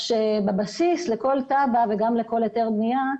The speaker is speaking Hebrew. בבסיס לכל תב"א וגם לכל היתר בנייה,